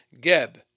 Geb